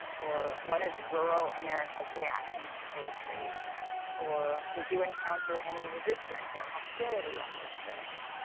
or what is rural's america's reaction to poetry or did you encounter any resistance or hostility on these trips.